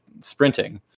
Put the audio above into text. sprinting